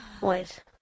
Wait